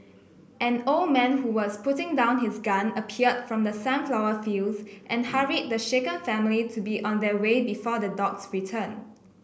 an old man who was putting down his gun appeared from the sunflower fields and hurried the shaken family to be on their way before the dogs return